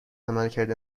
عملکرد